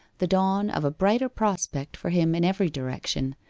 the dawn of a brighter prospect for him in every direction,